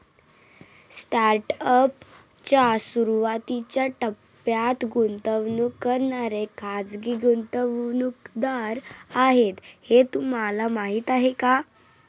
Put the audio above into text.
Startup च्या सुरुवातीच्या टप्प्यात गुंतवणूक करणारे खाजगी गुंतवणूकदार आहेत हे तुम्हाला माहीत आहे का?